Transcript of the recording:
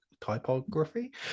typography